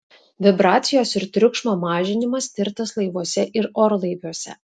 vibracijos ir triukšmo mažinimas tirtas laivuose ir orlaiviuose